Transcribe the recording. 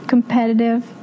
Competitive